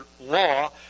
law